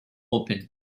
open